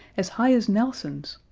as high as nelson's!